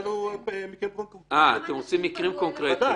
את זה והיא מעבירה הלוואות לגופים לגיטימיים